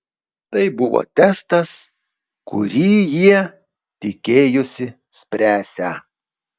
tai buvo testas kurį jie tikėjosi spręsią